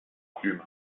plume